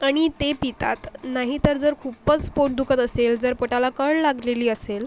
अणि ते पितात नाहीतर जर खूपच पोट दुखत असेल जर पोटाला कळ लागलेली असेल